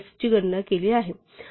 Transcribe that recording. ची गणना केली आहे